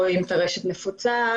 אם עקב טרשת נפוצה,